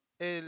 el